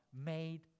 made